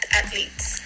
athletes